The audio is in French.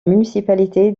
municipalité